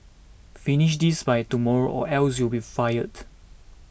finish this by tomorrow or else you'll be fired